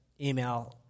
email